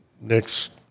next